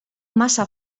massa